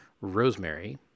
rosemary